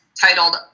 titled